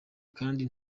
kandi